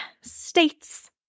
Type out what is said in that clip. states